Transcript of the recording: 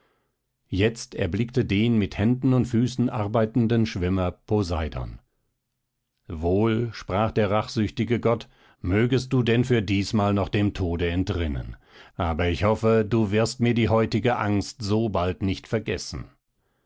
jetzt erblickte den mit händen und füßen arbeitenden schwimmer poseidon wohl sprach der rachsüchtige gott mögest du denn für diesmal noch dein tode entrinnen aber ich hoffe du wirst mir die heutige angst so bald nicht vergessen